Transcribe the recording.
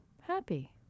happy